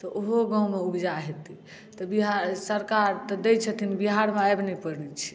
तऽ ओहो गाममे उपजा हेतै तऽ बिहार सरकार तऽ दैत छथिन बिहारमे आबि नहि पबैत छै